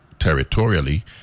Territorially